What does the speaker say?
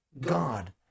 God